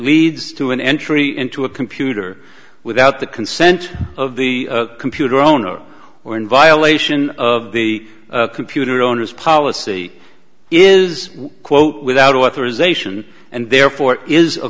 leads to an entry into a computer without the consent of the computer owner or in violation of the computer owner's policy is quote without authorization and therefore is a